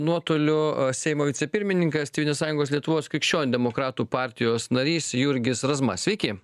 nuotoliu seimo vicepirmininkas tėvynės sąjungos lietuvos krikščionių demokratų partijos narys jurgis razma sveiki